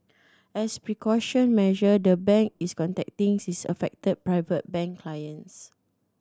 as precaution measure the bank is contacting its affected Private Bank clients